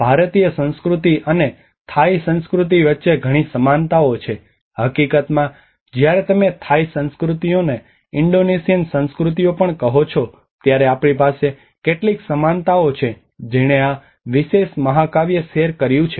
ભારતીય સંસ્કૃતિ અને થાઇ સંસ્કૃતિ વચ્ચે ઘણી સમાનતાઓ છે હકીકતમાં જ્યારે તમે થાઇ સંસ્કૃતિઓને ઇન્ડોનેશિયન સંસ્કૃતિઓ પણ કહો છો ત્યારે આપણી પાસે કેટલીક સમાનતાઓ છે જેણે આ વિશેષ મહાકાવ્ય શેર કર્યું છે